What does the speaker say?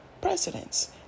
presidents